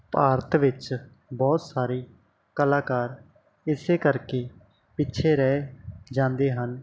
ਭਾਰਤ ਵਿੱਚ ਬਹੁਤ ਸਾਰੇ ਕਲਾਕਾਰ ਇਸੇ ਕਰਕੇ ਪਿੱਛੇ ਰਹਿ ਜਾਂਦੇ ਹਨ